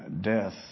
death